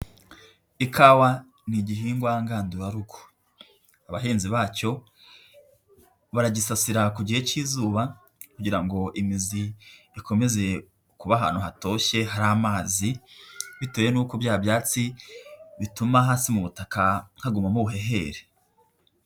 Ikawa ni igihingwa ngandurarugo, abahinzi bacyo baragisasira ku gihe cy'izuba kugira ngo imizi ikomeze kuba ahantu hatoshye, hari amazi, bitewe n'uko bya byatsi bituma hasi mu butaka hagumamo ubuhehere.